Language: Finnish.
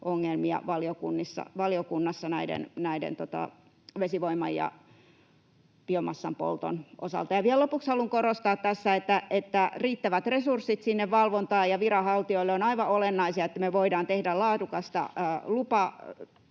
ongelmia valiokunnassa vesivoiman ja biomassan polton osalta. Ja vielä lopuksi haluan korostaa tässä, että riittävät resurssit sinne valvontaan ja viranhaltijoille ovat aivan olennaisia, että me voidaan tehdä laadukkaita lupia